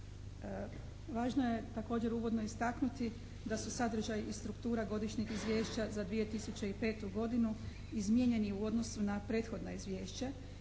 Važno je također uvodno istaknuti da su sadržaj i struktura godišnjeg izvješća za 2005. godinu izmijenjeni u odnosu na prethodna izvješća,